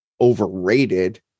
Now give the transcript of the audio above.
overrated